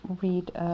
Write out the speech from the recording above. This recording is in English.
read